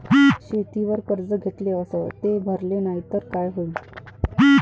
शेतीवर कर्ज घेतले अस ते भरले नाही तर काय होईन?